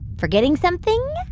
forgetting something?